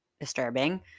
disturbing